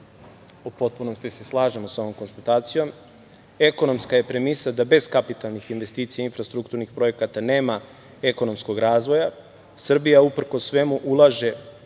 U potpunosti se slažemo sa ovom konstatacijom. Ekonomska je premisa da bez kapitalnih investicija infrastrukturnih projekata nema ekonomskog razvoja. Srbija, uprkos svemu, ulaže